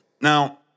now